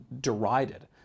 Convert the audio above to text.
derided